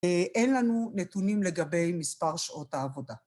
אין לנו נתונים לגבי מספר שעות העבודה.